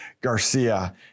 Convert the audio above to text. Garcia